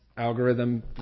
algorithm